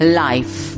life